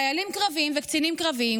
חיילים קרביים וקצינים קרביים,